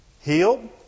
Healed